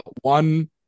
One